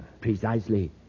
Precisely